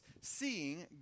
seeing